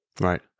right